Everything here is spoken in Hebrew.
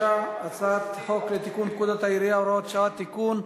הצעת חוק לתיקון פקודת העיריות (הוראת שעה) (תיקון),